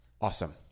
Awesome